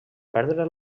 perdre